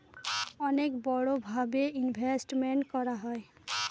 অনেক বড়ো ভাবে ইনভেস্টমেন্ট করা হয়